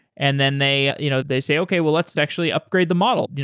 and then they you know they say, okay. well, let's sexually upgrade the model,